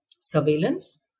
surveillance